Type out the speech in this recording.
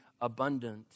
abundant